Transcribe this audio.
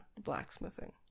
blacksmithing